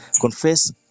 confess